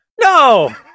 No